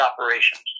operations